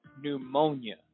pneumonia